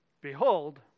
behold